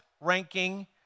ranking